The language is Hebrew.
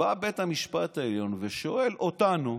ובא בית המשפט העליון ושואל אותנו,